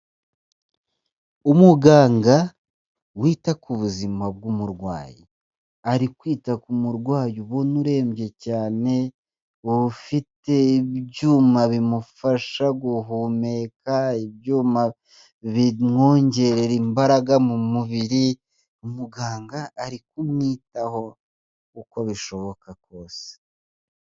Umuganga wita ku buzima bw'umurwayi, ari kwita ku murwayi ubona urembye cyane ufite ibyuma bimufasha guhumeka ibyuma bimwongerera imbaraga mu mubiri, umuganga ari kumwitaho uko bishoboka kose.